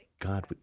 God